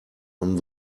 man